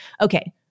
Okay